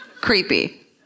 Creepy